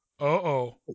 Uh-oh